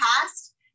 past